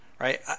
right